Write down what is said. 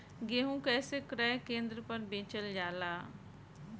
गेहू कैसे क्रय केन्द्र पर बेचल जाला?